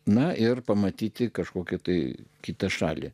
na ir pamatyti kažkokį tai kitą šalį